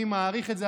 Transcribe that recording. אני מעריך את זה,